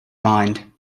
mind